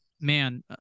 Man